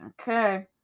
Okay